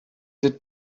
they